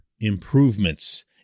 improvements